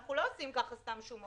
אנחנו לא עושים ככה סתם שומות.